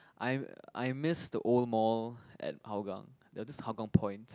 I I miss the old mall at Hougang ya this Hougang-Point